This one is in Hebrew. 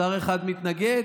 שר אחד מתנגד,